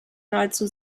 nahezu